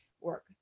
work